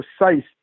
precise